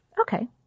Okay